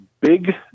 big